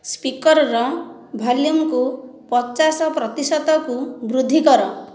ସ୍ପିକରର ଭଲ୍ୟୁମ୍କୁ ପଚାଶ ପ୍ରତିଶତକୁ ବୃଦ୍ଧି କର